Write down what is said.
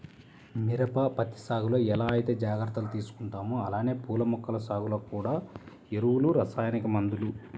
మిరప, పత్తి సాగులో ఎలా ఐతే జాగర్తలు తీసుకుంటామో అలానే పూల మొక్కల సాగులో గూడా ఎరువులు, రసాయనిక మందులు